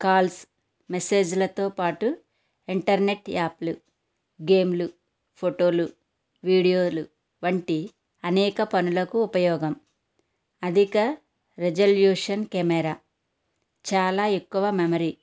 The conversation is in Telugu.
కాల్స్ మెసేజ్లతో పాటు ఇంటర్నెట్ యాప్లు గేమ్లు ఫోటోలు వీడియోలు వంటి అనేక పనులకు ఉపయోగం అధిక రిజల్యూషన్ కెమెరా చాలా ఎక్కువ మెమొరీ